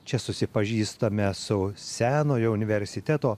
čia susipažįstame su senojo universiteto